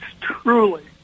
truly